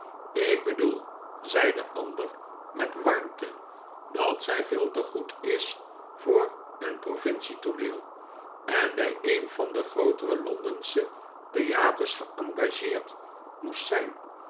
ik bedoel zei de ander met warmte dat zij veel te goed is voor een provincietooneel en bij een van de groote londensche theaters geengageerd moest zijn